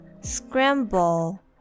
scramble